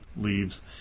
leaves